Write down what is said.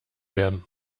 werden